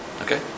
Okay